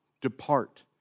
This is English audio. depart